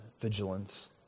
vigilance